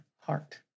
heart